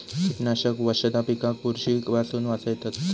कीटकनाशक वशधा पिकाक बुरशी पासून वाचयतत